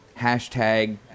hashtag